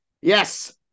Yes